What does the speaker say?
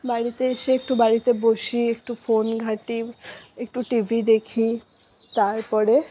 বাড়িতে এসে একটু বাড়িতে বসি একটু ফোন ঘাঁটি একটু টিভি দেখি তারপরে